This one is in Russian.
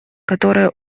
которое